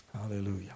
Hallelujah